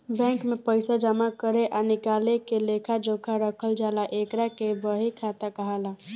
bank में पइसा जामा करे आ निकाले के लेखा जोखा रखल जाला एकरा के बही खाता कहाला